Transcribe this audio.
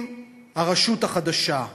אם הרשות החדשה,